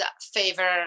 favor